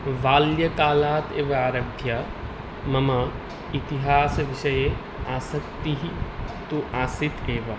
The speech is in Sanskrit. बाल्यकालात् एव आरभ्य मम इतिहासविषये आसक्तिः तु आसीत् एव